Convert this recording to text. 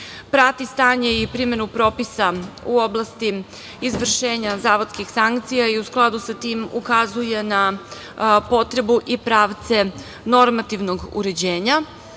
prati stanje i primenu propisa u oblasti izvršenja zavodskih sankcija i u skladu sa tim ukazuje na potrebu i pravce normativnog uređenja,